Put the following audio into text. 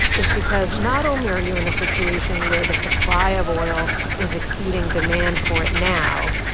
is because not only are you in a situation where the supply of oil is exceeding demand for it now,